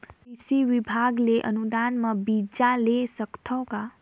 कृषि विभाग ले अनुदान म बीजा ले सकथव का?